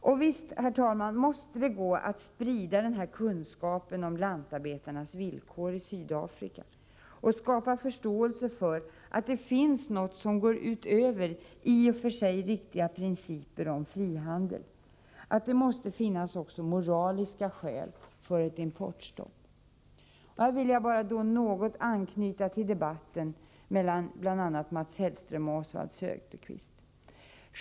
Och visst, herr talman, måste det gå att sprida kunskap om lantarbetarnas villkor i Sydafrika, och skapa förståelse för att det finns något som går utöver i och för sig riktiga principer om frihandel. Det måste finnas också moraliska skäl för ett importstopp. Här vill jag något anknyta till debatten mellan bl.a. Mats Hellström och Oswald Söderqvist.